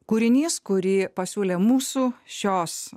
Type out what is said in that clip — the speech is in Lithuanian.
kūrinys kurį pasiūlė mūsų šios